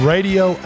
Radio